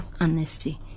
honesty